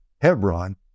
Hebron